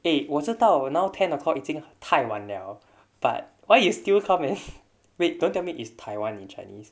eh 我知道 now ten o'clock 已经太晚了 but why you still come and wait don't tell me it's taiwan in chinese